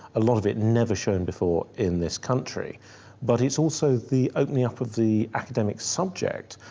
a lot of it never shown before in this country but it's also the opening up of the academic subject,